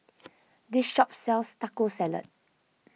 this shop sells Taco Salad